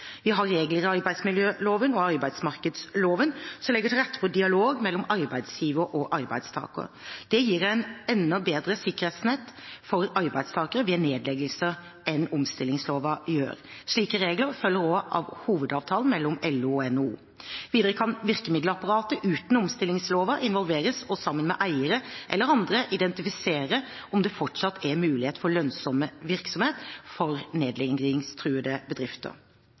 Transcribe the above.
Vi har regler i arbeidsmiljøloven og arbeidsmarkedsloven som legger til rette for dialog mellom arbeidsgiver og arbeidstaker. Dette gir et enda bedre sikkerhetsnett for arbeidstakere ved nedleggelser enn omstillingslova gjør. Slike regler følger også av hovedavtalen mellom LO og NHO. Videre kan virkemiddelapparatet, uten omstillingslova, involveres og sammen med eiere eller andre identifisere om det fortsatt er mulighet for lønnsom virksomhet for nedleggingstruede bedrifter.